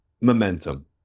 momentum